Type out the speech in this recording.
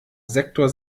sektor